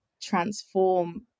transform